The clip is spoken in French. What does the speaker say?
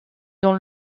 dans